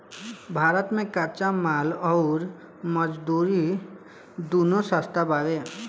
भारत मे कच्चा माल अउर मजदूरी दूनो सस्ता बावे